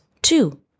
Two